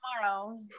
tomorrow